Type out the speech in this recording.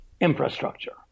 infrastructure